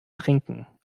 trinken